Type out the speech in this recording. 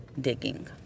digging